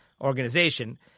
organization